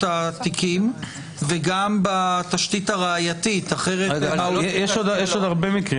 התיקים וגם בתשתית הראייתית --- יש עוד הרבה מקרים,